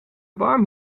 warm